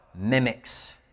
mimics